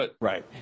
Right